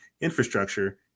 infrastructure